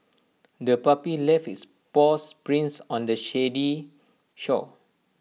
the puppy left its paws prints on the sandy shore